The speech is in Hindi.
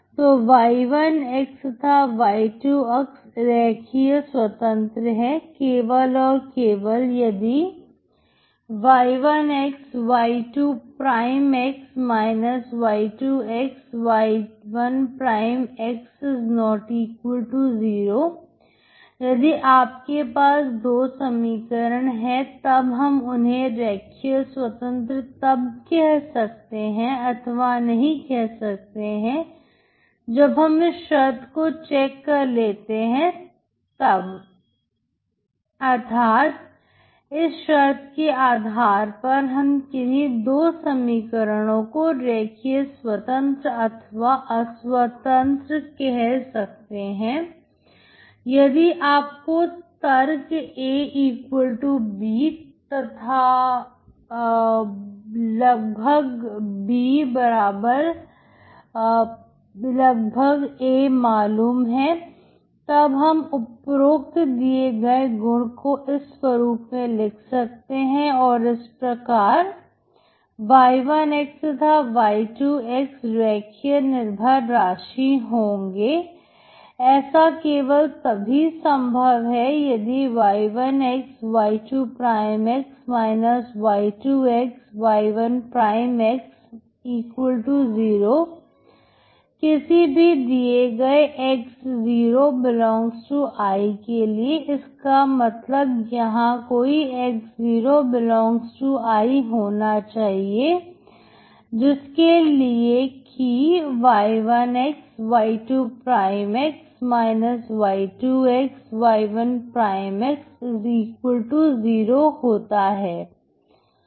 तो y1 तथा y2 रेखीय स्वतंत्र है केवल और केवल यदि y1xy2x y2y1≠0 यदि आपके पास 2 समीकरण है तब हम उन्हें रेखीय स्वतंत्र तब कह सकते हैं अथवा नहीं कह सकते हैं जब हम इस शर्त को चेक कर लेते हैं तब अर्थात इस शर्त के आधार हम किन्ही दो समीकरणों को रेखीय स्वतंत्र अथवा अस्वतंत्र कह सकते हैं यदि आपको तर्क AB and BA मालूम है तब हम उपरोक्त दिए गए गुण को इस स्वरूप में लिख सकते हैं और इस प्रकार y1 तथा y2 रेखीय निर्भर राशि होंगे ऐसा केवल तभी संभव है यदि y1xy2x y2xy1x0 किसी भी दिए गए x0∈I के लिए इसका मतलब यहां कोई x0∈I होना चाहिए जिसके लिए की y1xy2x y2xy1x0 होता है